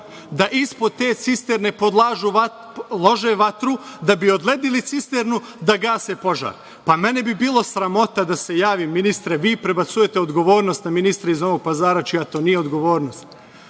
da ispod te cisterne lože vatru, da bi odledili cisternu da gase požar. Pa, mene bi bilo sramota da se javim, ministre. Vi prebacujete odgovornost na ministra iz Novog Pazara, čija to nije odgovornost.